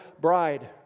bride